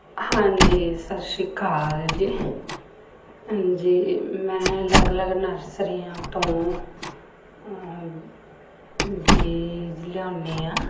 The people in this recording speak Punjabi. ਹਾਂਜੀ ਸਤਿ ਸ਼੍ਰੀ ਅਕਾਲ ਜੀ ਹਾਂਜੀ ਮੈਂ ਅਲੱਗ ਅਲੱਗ ਨਰਸਰੀਆਂ ਤੋਂ ਬੀਜ ਲਿਆਉਂਦੀ ਹਾਂ